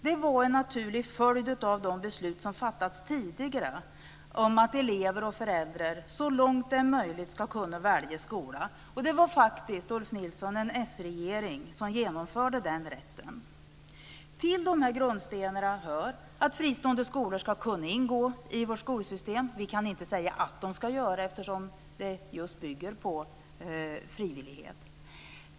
Det var en naturlig följd av de beslut som tidigare hade fattats om att elever och föräldrar så långt det var möjligt skulle kunna välja skola. Och det var faktiskt, Ulf Nilsson, en s-regering som genomförde den rätten. Till dessa grundstenar hör att: 1. Fristående skolor ska kunna ingå i vårt skolsystem. Vi kan inte säga att de ska göra det eftersom det just bygger på frivillighet. 2.